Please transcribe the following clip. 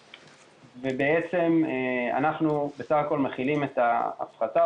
בעצם אנחנו בסך הכול מכילים את ההפחתה,